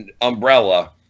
umbrella